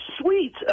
sweet